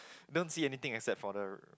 don't see anything except for the